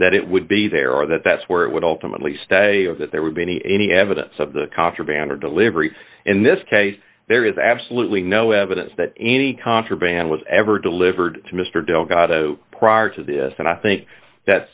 that it would be there or that that's where it would ultimately stay or that there would be any any evidence of the contraband or delivery in this case there is absolutely no evidence that any contraband was ever delivered to mr delgado prior to this and i think that